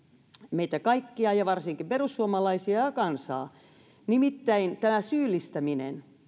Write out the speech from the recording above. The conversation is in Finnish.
meitä kaikkia ja varsinkin perussuomalaisia ja ja kansaa nimittäin tämä syyllistäminen